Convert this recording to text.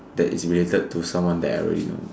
that is related to someone that I already know